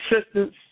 assistance